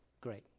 Great